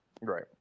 Right